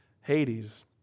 Hades